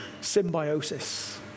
symbiosis